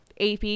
ap